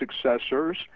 successors